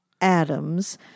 Adams